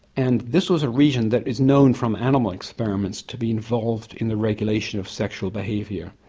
and this was a region that is known from animal experiments to be involved in the regulation of sexual behaviour.